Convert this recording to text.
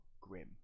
grim